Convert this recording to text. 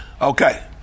Okay